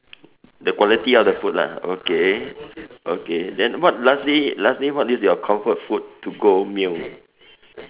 the quality of the food lah okay okay then what lastly lastly what is your comfort food to go meal